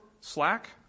Slack